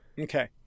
Okay